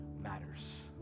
matters